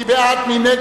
מי בעד?